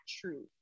truth